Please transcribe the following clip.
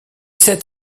sept